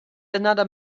another